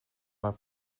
haar